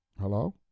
Hello